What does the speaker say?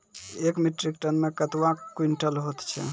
एक metric tonne मे कतवा क्वींटल हैत छै?